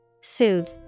Soothe